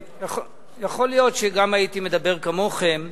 יכול להיות שגם הייתי מדבר כמוכם,